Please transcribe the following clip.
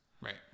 Right